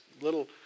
little